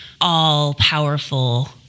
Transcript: all-powerful